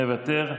מוותר.